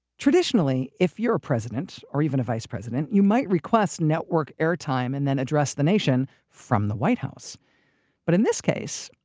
traditionally, if you're a president or even a vice president you might request network airtime and then address the nation from the white house but in this case,